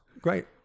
Great